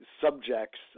subjects